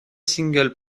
singles